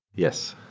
yes.